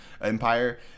Empire